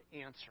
answer